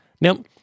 Now